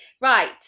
right